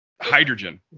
hydrogen